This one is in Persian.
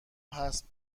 هست